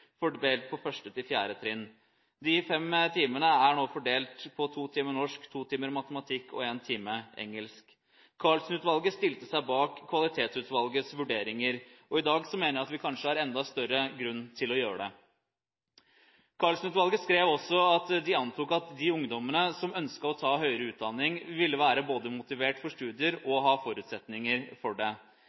fordelt på 1.–4. trinn. De fem timene er nå fordelt på to timer norsk, to timer matematikk og en time engelsk. Karlsen-utvalget stilte seg bak Kvalitetsutvalgets vurderinger, og jeg mener at vi i dag kanskje har enda større grunn til å gjøre det. Karlsen-utvalget skrev også at de antok at de ungdommene som ønsket å ta høyere utdanning, både ville være motivert for studier og ha forutsetninger for det.